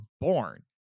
born